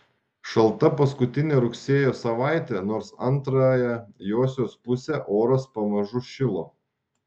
šalta paskutinė rugsėjo savaitė nors antrąją josios pusę oras pamažu šilo